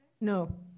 No